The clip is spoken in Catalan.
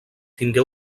tingué